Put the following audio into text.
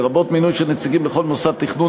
לרבות מינוי של נציגים לכל מוסד תכנון,